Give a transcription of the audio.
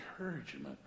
encouragement